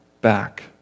back